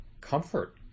comfort